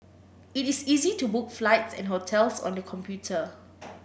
it is easy to book flights and hotels on the computer